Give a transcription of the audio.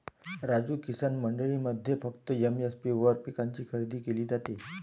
राजू, किसान मंडईमध्ये फक्त एम.एस.पी वर पिकांची खरेदी विक्री केली जाते